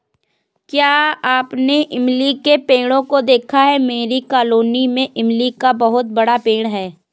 क्या आपने इमली के पेड़ों को देखा है मेरी कॉलोनी में इमली का बहुत बड़ा पेड़ है